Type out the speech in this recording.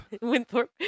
Winthrop